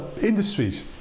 industries